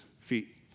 feet